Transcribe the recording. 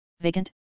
vacant